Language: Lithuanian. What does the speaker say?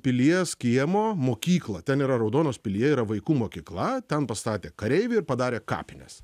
pilies kiemo mokykla ten yra raudonos pilyje yra vaikų mokykla ten pastatė kareivį ir padarė kapines